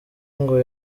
ngo